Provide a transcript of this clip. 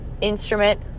instrument